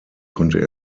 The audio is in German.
konnte